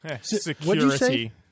Security